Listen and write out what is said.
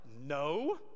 No